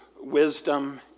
wisdom